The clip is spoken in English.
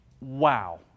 wow